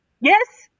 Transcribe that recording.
Yes